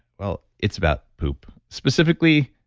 well, it's about poop, specifically,